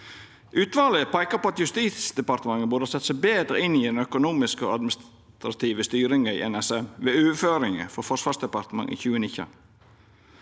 Utvalet peiker på at Justisdepartementet burde ha sett seg betre inn i den økonomiske og administrative styringa i NSM ved overføringa frå Forsvarsdepartementet i 2019.